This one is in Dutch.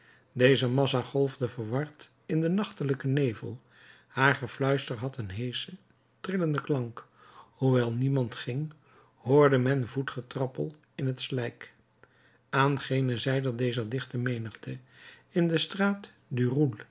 deze massa golfde verward in den nachtelijken nevel haar gefluister had een heeschen trillenden klank hoewel niemand ging hoorde men voetgetrappel in het slijk aan gene zijde dezer dichte menigte in de straat